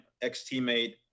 ex-teammate